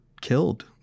killed